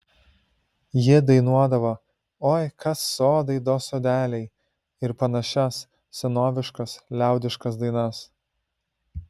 ji dainuodavo oi kas sodai do sodeliai ir panašias senoviškas liaudiškas dainas